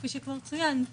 כפי שכבר צוין,